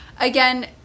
again